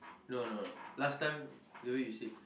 no no last time the way you said